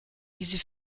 diese